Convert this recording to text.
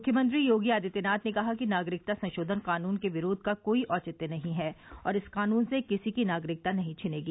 मुख्यमंत्री योगी आदित्यनाथ ने कहा कि नागरिकता संशोधन कानून के विरोध का कोई औचित्य नहीं है और इस कानून से किसी की नागरिकता नहीं छिनेगी